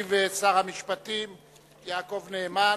ישיב שר המשפטים יעקב נאמן.